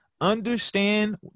understand